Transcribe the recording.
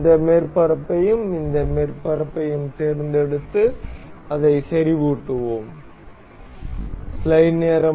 இந்த மேற்பரப்பையும் இந்த மேற்பரப்பையும் தேர்ந்தெடுத்து அதை செறிவூட்டுவோம்